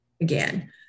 again